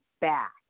back